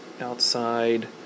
Outside